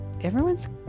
everyone's